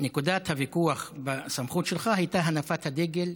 נקודת הוויכוח בסמכות שלך הייתה הנפת הדגל,